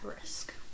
risk